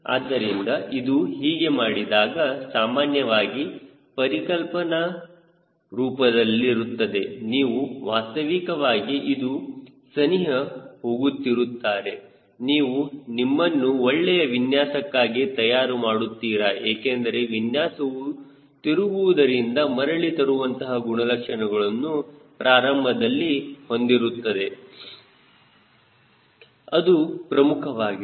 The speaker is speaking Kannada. ಆದ್ದರಿಂದ ಇದು ಹೀಗೆ ಮಾಡಿದಾಗ ಸಾಮಾನ್ಯವಾಗಿ ಪರಿಕಲ್ಪನಾ ರೂಪದಲ್ಲಿರುತ್ತದೆ ನೀವು ವಾಸ್ತವಿಕವಾಗಿ ಅದರ ಸನಿಹ ಹೋಗುತ್ತಿರುತ್ತಾರೆ ನೀವು ನಿಮ್ಮನ್ನು ಒಳ್ಳೆಯ ವಿನ್ಯಾಸಕ್ಕಾಗಿ ತಯಾರು ಮಾಡುತ್ತೀರಾ ಏಕೆಂದರೆ ವಿನ್ಯಾಸವು ತಿರುಗುವುದರಿಂದ ಮರಳಿ ತರುವಂತಹ ಗುಣಲಕ್ಷಣಗಳನ್ನು ಪ್ರಾರಂಭದಲ್ಲಿ ಹೊಂದಿರುತ್ತದೆ ಅದು ಪ್ರಮುಖವಾಗಿದೆ